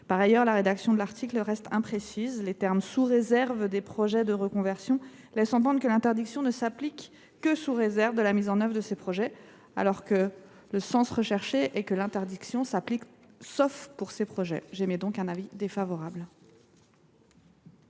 Par ailleurs, la rédaction proposée reste imprécise. Les termes « sous réserve des projets de reconversion » laissent entendre que l’interdiction ne s’applique que sous réserve de la mise en œuvre de ces projets, alors que le sens recherché est que l’interdiction s’applique « sauf pour ces projets ». Pour ces raisons, le